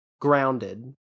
grounded